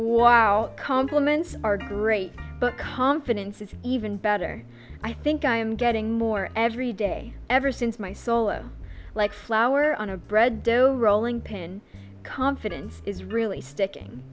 wow complements are great but confidence is even better i think i am getting more every day ever since my solo like flour on a bread dough rolling pin confidence is really sticking